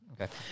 Okay